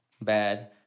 Bad